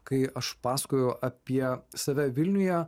kai aš pasakoju apie save vilniuje